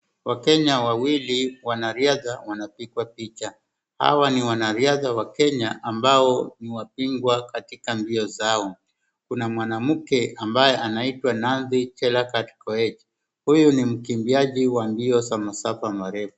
wakenya wawili wanariadha wanapigwa picha. Hawa ni wanariadha wa Kenya ambao ni wabingwa katika mbio zao. Kuna mwanamke ambaye anaitwa Nacy Chelagat Koech huyu ni mkimbiaji wa mbio za masafa marefu.